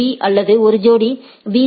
பீ அல்லது ஒரு ஜோடி பி